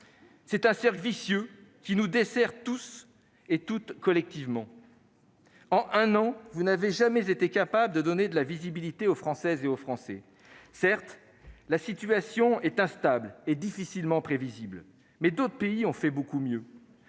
C'est un cercle vicieux qui nous dessert toutes et tous collectivement. En un an, vous n'avez jamais été capables de donner de la visibilité aux Françaises et aux Français. Certes, la situation est instable et difficilement prévisible, mais d'autres pays ont fait beaucoup mieux,